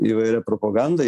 įvairia propagandai